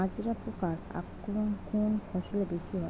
মাজরা পোকার আক্রমণ কোন ফসলে বেশি হয়?